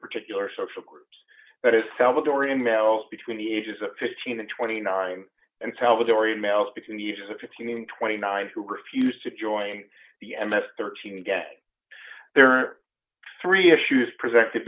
particular social groups that is salvador in males between the ages of fifteen and twenty nine and salvadorian males between the ages of fifteen and twenty nine who refused to join the m s thirteen again there are three issues presented